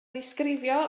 ddisgrifio